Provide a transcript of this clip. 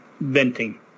venting